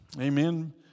Amen